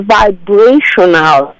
vibrational